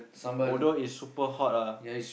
although it's super hot ah